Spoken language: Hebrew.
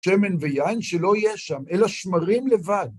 שמן ויין שלא יהיה שם, אלא שמרים לבד.